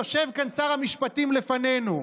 יושב כאן שר המשפטים לפנינו,